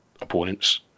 opponents